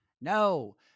No